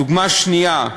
דוגמה שנייה,